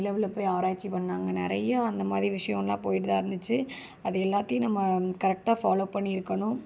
நிலவில் போய் ஆராய்ச்சி பண்ணாங்கள் நிறையா அந்தமாதிரி விஷயம்லாம் போய்ட்டுதான் இருந்துச்சு அது எல்லாத்தையும் நம்ம கரெக்டாக ஃபாலோவ் பண்ணி இருக்கணும்